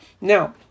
Now